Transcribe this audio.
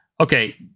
okay